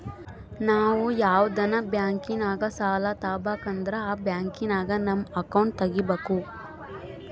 ನಾವು ಯಾವ್ದನ ಬ್ಯಾಂಕಿನಾಗ ಸಾಲ ತಾಬಕಂದ್ರ ಆ ಬ್ಯಾಂಕಿನಾಗ ನಮ್ ಅಕೌಂಟ್ ತಗಿಬಕು